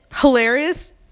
hilarious